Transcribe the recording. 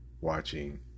watching